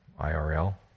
IRL